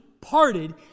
parted